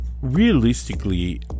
Realistically